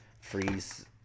freeze